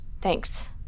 Thanks